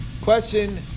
question